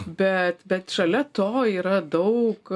bet bet šalia to yra daug